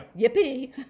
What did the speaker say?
Yippee